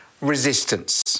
resistance